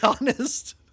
honest